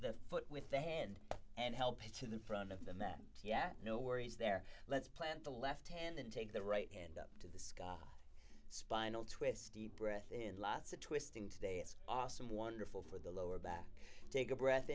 the foot with the hand and help it to the front of the men yet no worries there let's plant the left hand and take the right and up to the sky spinal twist deep breath in lotsa twisting today it's awesome wonderful for the lower back take a breath